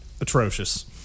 atrocious